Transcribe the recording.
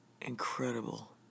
Incredible